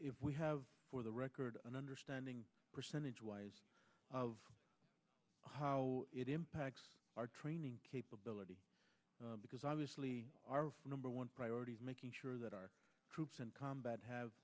if we have for the record an understanding percentage wise of how it impacts our training capability because obviously our number one priority is making sure that our troops in combat have